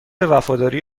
وفاداری